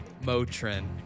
Motrin